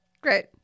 Great